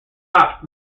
top